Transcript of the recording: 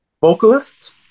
Vocalist